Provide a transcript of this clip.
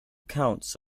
counts